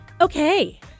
Okay